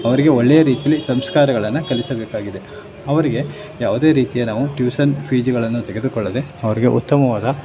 ಅವರಿಗೆ ಒಳ್ಳೆಯ ರೀತಿಲಿ ಸಂಸ್ಕಾರಗಳನ್ನು ಕಲಿಸಬೇಕಾಗಿದೆ ಅವರಿಗೆ ಯಾವುದೇ ರೀತಿಯಾದ ನಾವು ಟ್ಯೂಷನ್ ಫೀಸ್ಗಳನ್ನು ತೆಗೆದುಕೊಳ್ಳದೇ ಅವರಿಗೆ ಉತ್ತಮವಾದ